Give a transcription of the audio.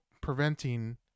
preventing